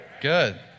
Good